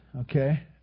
okay